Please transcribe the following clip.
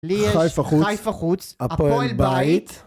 לי יש חיפה חוץ, הפועל בית.